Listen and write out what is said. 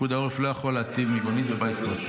פיקוד העורף לא יכול להציב מיגונית בבית פרטי.